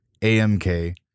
AMK